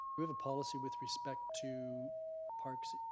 we have a policy with respect to parks,